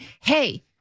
hey